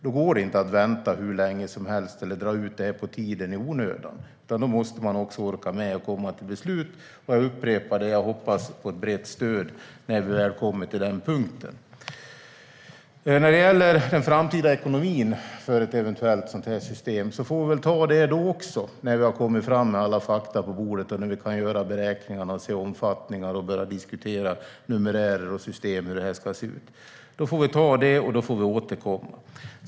Då går det inte att vänta hur länge som helst eller dra ut på detta i onödan, utan då måste man orka med att komma till beslut. Jag upprepar att jag hoppas på ett brett stöd när vi väl kommer till den punkten. När det gäller den framtida ekonomin för ett eventuellt sådant system får vi väl diskutera även detta när vi har kommit fram med alla fakta på bordet och när vi kan göra beräkningar, se olika omfattningar och börja diskutera numerärer och system, hur det ska se ut. Vi får ta det då och återkomma.